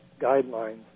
guidelines